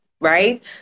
right